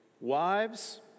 Wives